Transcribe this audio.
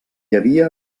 havia